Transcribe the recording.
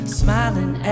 smiling